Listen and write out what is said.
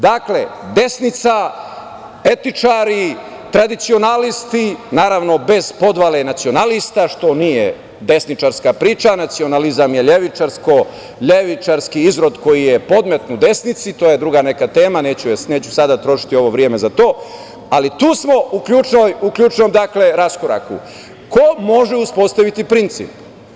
Dakle, desnica, etičari, tradicionalisti, naravno bez podvale nacionalista što nije desničarska priča, nacionalizam je levičarski izrod koji je podmetnut desnici, to je druga neka tema neću sada trošiti ovo vreme za to, ali tu smo u ključnom raskoraku, ko može uspostaviti princip?